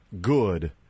good